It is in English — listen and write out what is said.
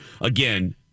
again